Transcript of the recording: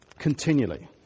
Continually